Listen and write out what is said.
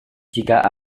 jika